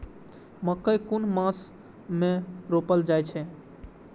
मकेय कुन मास में रोपल जाय छै?